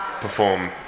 perform